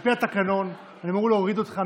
על פי התקנון אני אמור להוריד אותך,